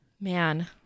Man